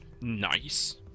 Nice